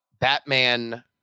Batman